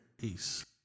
Peace